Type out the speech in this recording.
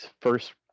first